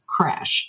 crashed